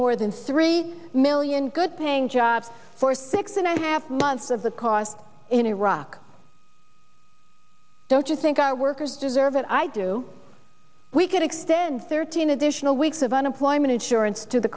more than three million good paying jobs for six and a half months of the cost in iraq don't you think our workers deserve it i do we could extend thirteen additional weeks of unemployment insurance to the